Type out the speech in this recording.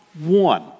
one